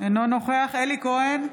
אינו נוכח אלי כהן,